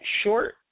short